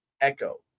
echo